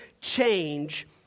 change